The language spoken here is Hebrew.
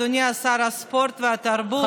אדוני שר הספורט והתרבות,